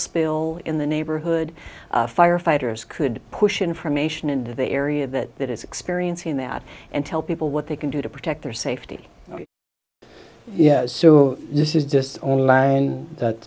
spill in the neighborhood firefighters could push information into the area that it is experiencing that and tell people what they can do to protect their safety yes so this is just only that